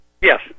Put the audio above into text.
Yes